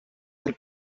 del